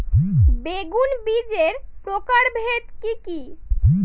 বেগুন বীজের প্রকারভেদ কি কী?